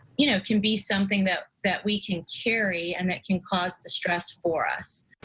you know, can be something that that we can carry and that can cause the stress for us.